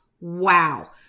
Wow